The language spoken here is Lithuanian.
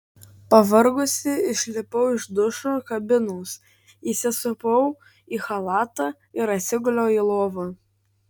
pavargusi išlipau iš dušo kabinos įsisupau į chalatą ir atsiguliau į lovą